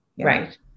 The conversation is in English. Right